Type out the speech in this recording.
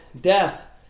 death